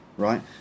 Right